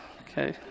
okay